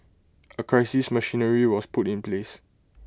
A crisis machinery was put in place